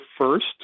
first